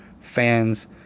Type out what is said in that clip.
fans